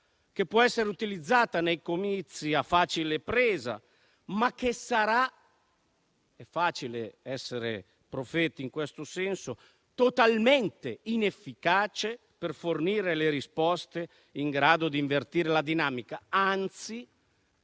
che può essere utilizzata nei comizi a facile presa, ma che sarà - è facile essere profeti in questo senso - totalmente inefficace per fornire le risposte in grado di invertire la dinamica. Con